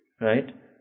Right